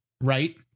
Right